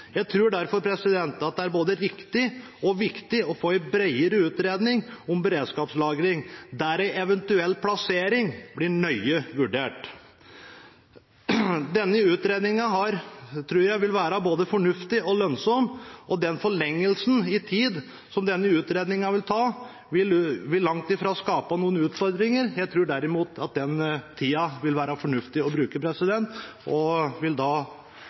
Jeg tror derfor det er både riktig og viktig å få en bredere utredning om beredskapslagring, der en eventuell plassering blir nøye vurdert. Denne utredningen tror jeg vil være både fornuftig og lønnsom, og den forlengelsen i tid som denne utredningen vil gi, vil langt fra skape noen utfordringer – jeg tror derimot den tida vil være fornuftig å bruke. Jeg vil derfor støtte forslaget fra komiteen om at denne saken vedlegges protokollen. Aller først vil